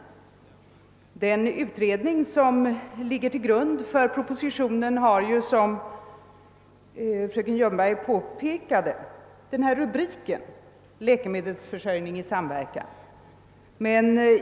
Det betänkande som har avlämnats av läkemedelsförsörjningsutredningen och som ligger till grund för propositionen har också, som fröken Ljungberg påpekade, rubriken >Läkemedelsförsörjning i sam verkan>.